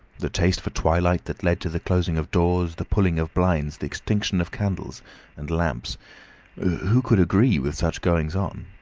the taste for twilight that led to the closing of doors, the pulling down of blinds, the extinction of candles and lamps who could agree with such goings on?